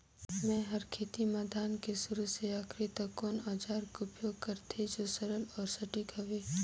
मै हर खेती म धान के शुरू से आखिरी तक कोन औजार के उपयोग करते जो सरल अउ सटीक हवे?